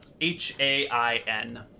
H-A-I-N